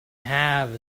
have